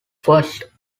first